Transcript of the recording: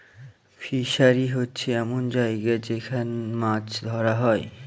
fishery হচ্ছে এমন জায়গা যেখান মাছ ধরা হয়